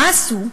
מה עשו?